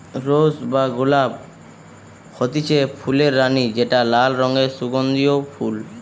rose বা গোলাপ হতিছে ফুলের রানী যেটা লাল রঙের সুগন্ধিও ফুল